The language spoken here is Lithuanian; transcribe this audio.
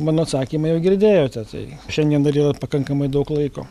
mano atsakymą jau girdėjote tai šiandien dar yra pakankamai daug laiko